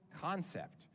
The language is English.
concept